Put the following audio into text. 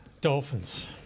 Dolphins